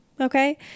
okay